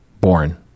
born